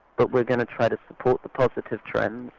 but we're going to try to support the positive trends,